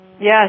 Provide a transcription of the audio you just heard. Yes